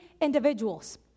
individuals